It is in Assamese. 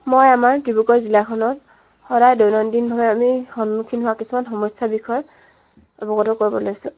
মই আমাৰ ডিব্ৰুগড় জিলাখনত সদায় দৈনন্দিনভাৱে আমি সন্মুখীন হোৱা কিছুমান সমস্যাৰ বিষয়ে অৱগত কৰিব লৈছোঁ